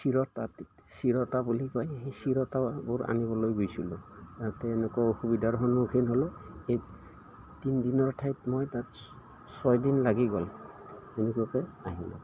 চিৰতাতিতা চিৰতা বুলি কয় সেই চিৰতাবোৰ আনিবলৈ গৈছিলোঁ তাতে তেনেকুৱা অসুবিধাৰ সন্মুখীন হ'লোঁ এই তিনিদিনৰ ঠাইত মই তাত ছয়দিন লাগি গ'ল এনেকুৱাকৈ আহিলোঁ